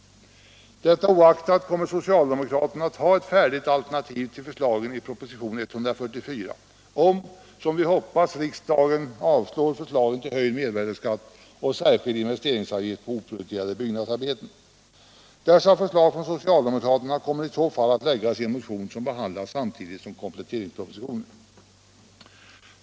Detta oaktat kommer socialdemokraterna att ha ett färdigt alternativ till förslagen i proposition 144, om, som vi hoppas, riksdagen avslår förslaget om höjd mervärdeskatt och särskild investeringsavgift för oprioriterade byggnadsarbeten. Dessa förslag från socialdemokraterna kommer i så fall att läggas i en motion som behandlas samtidigt som kompletteringspropositionen.